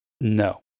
no